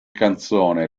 canzone